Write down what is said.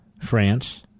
France